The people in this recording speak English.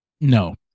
no